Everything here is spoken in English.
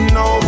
no